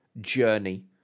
journey